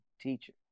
teacher